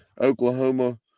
Oklahoma –